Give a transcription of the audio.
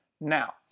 Now